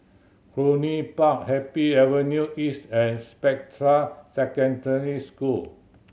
Cluny Park Happy Avenue East and Spectra Secondary School